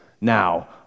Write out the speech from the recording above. now